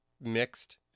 mixed